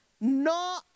No